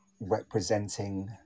representing